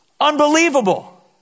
Unbelievable